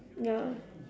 ya